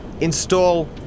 install